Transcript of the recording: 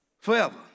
forever